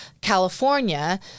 California